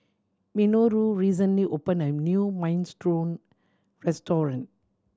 Minoru recently opened a new Minestrone Restaurant